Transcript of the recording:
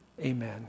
amen